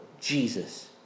Jesus